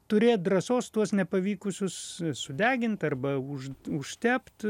turėt drąsos tuos nepavykusius sudegint arba už užtept